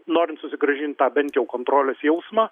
norint susigrąžint tą bent jau kontrolės jausmą